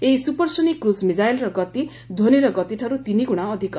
ଏହି supersonic cruise ମିଶାଇଲର ଗତି ଧ୍ୱନିର ଗତିଠାରୁ ତିନିଗୁଣା ଅଧ୍କ